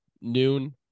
Noon